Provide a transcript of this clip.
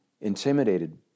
intimidated